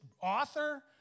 author